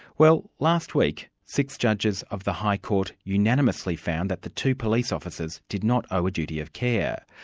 well last week six judges of the high court unanimously found that the two police officers did not owe a duty of care.